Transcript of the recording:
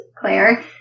Claire